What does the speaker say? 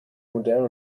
modern